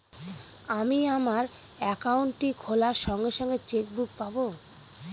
আমি আমার একাউন্টটি খোলার সঙ্গে সঙ্গে চেক বুক পাবো?